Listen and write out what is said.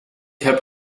heb